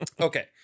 okay